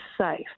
safe